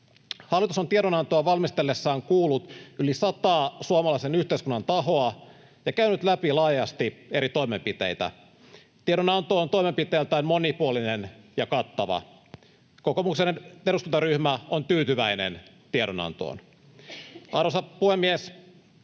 Hallitus on tiedonantoa valmistellessaan kuullut yli sataa suomalaisen yhteiskunnan tahoa ja käynyt läpi laajasti eri toimenpiteitä. Tiedonanto on toimenpiteiltään monipuolinen ja kattava. Kokoomuksen eduskuntaryhmä on tyytyväinen tiedonantoon. Arvoisa puhemies!